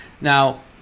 Now